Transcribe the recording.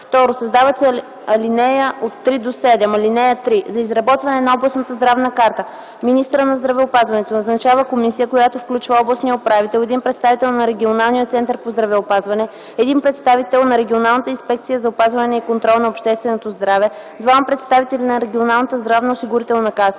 2. Създават се ал. 3-7: „(3) За изработване на областната здравна карта министърът на здравеопазването назначава комисия, която включва областния управител, един представител на регионалния център по здравеопазване, един представител на регионалната инспекция за опазване и контрол на общественото здраве, двама представители на районната здравноосигурителна каса,